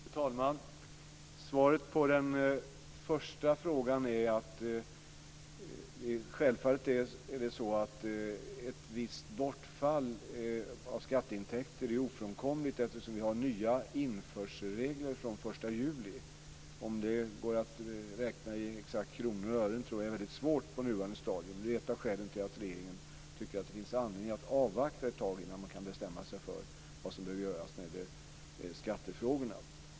Fru talman! Svaret på den första frågan är att det är självklart att ett visst bortfall av skatteintäkter är ofrånkomligt eftersom vi har nya införselregler från den 1 juli. Om det går att räkna i exakta kronor och ören tror jag är svårt på nuvarande stadium. Det är ett av skälen till att regeringen tycker att det finns anledning att avvakta ett tag innan man bestämmer sig för vad som bör göras i skattefrågorna.